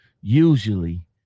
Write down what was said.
Usually